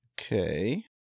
Okay